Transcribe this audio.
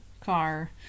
car